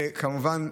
וכמובן,